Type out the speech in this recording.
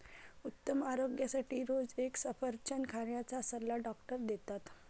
उत्तम आरोग्यासाठी रोज एक सफरचंद खाण्याचा सल्ला डॉक्टर देतात